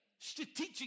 strategic